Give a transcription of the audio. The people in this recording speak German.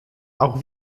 auch